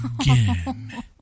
again